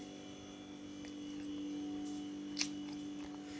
ಕೂರಿಗೆ ಬೀಜವನ್ನು ನೆಲದೊಳಗೆ ಬಿತ್ತಲು ಬಳಸುವ ಸಾಧನ ಜೋಳ ಸಜ್ಜೆ ರಾಗಿ ನವಣೆ ಅವು ಹೀಗೇ ಬಿತ್ತೋದು